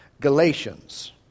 Galatians